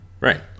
right